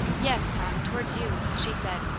yes, tom, towards you, she said,